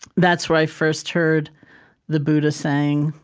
that's where i first heard the buddha saying,